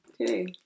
Okay